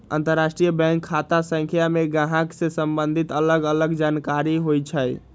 अंतरराष्ट्रीय बैंक खता संख्या में गाहक से सम्बंधित अलग अलग जानकारि होइ छइ